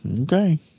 okay